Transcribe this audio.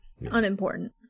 Unimportant